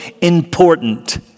important